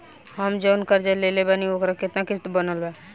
हम जऊन कर्जा लेले बानी ओकर केतना किश्त बनल बा?